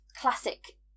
classic